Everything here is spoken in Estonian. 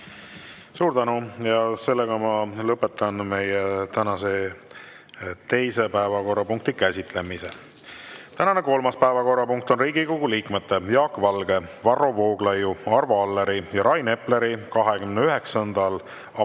Suur tänu! Ma lõpetan tänase teise päevakorrapunkti käsitlemise. Tänane kolmas päevakorrapunkt on Riigikogu liikmete Jaak Valge, Varro Vooglaiu, Arvo Alleri ja Rain Epleri 29. aprillil